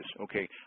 Okay